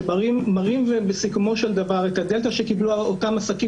שמראים בסיכומו של דבר את הדלתא שקיבלו אותם עסקים